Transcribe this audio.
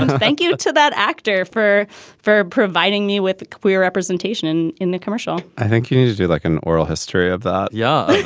and thank you to that actor for for providing me with queer representation in the commercial i think you needs to do like an. history of that yeah.